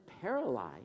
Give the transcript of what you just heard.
paralyzed